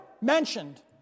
mentioned